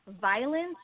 violence